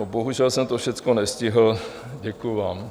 Bohužel jsem to všechno nestihl, děkuji vám.